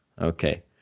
Okay